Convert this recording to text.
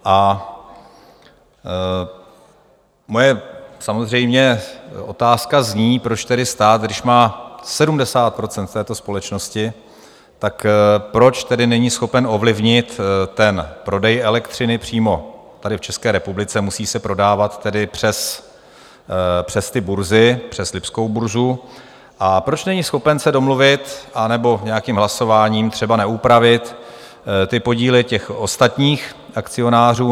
A samozřejmě moje otázka zní: Proč stát, když má 70 % v této společnosti, proč tedy není schopen ovlivnit prodej elektřiny přímo tady v České republice, musí se prodávat přes ty burzy, přes Lipskou burzu, a proč není schopen se domluvit anebo nějakým hlasováním třeba neupravit podíly těch ostatních akcionářů?